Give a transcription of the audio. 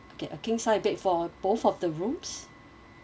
okay a king sized bed for both of the rooms